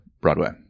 Broadway